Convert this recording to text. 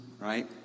right